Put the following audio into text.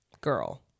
girl